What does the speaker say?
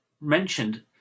mentioned